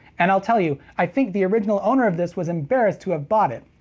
and i'll tell you, i think the original owner of this was embarrassed to have bought it.